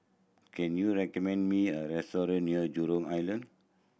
can you recommend me a restaurant near Jurong Island